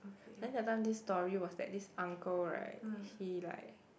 I think that time this story was that this uncle right he like